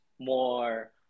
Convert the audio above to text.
more